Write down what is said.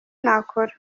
nakora